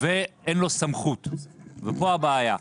ואין לו סמכות ופה הבעיה.